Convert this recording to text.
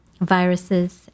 viruses